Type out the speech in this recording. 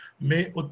mais